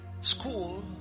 school